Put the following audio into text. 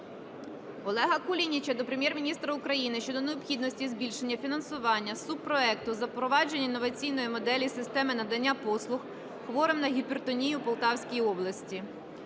Олега Кулініча до Прем'єр-міністра України щодо необхідності збільшення фінансування субпроекту "Запровадження інноваційної моделі системи надання послуг хворим на гіпертонію у Полтавській області".